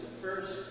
first